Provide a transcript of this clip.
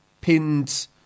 pinned